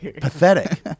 Pathetic